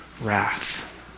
wrath